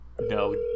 No